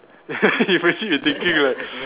imagine you thinking like